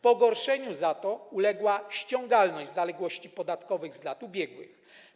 Pogorszeniu za to uległa ściągalność zaległości podatkowych z lat ubiegłych.